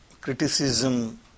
criticism